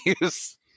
use